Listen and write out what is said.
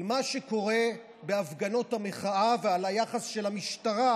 מה שקורה בהפגנות המחאה ועל היחס של המשטרה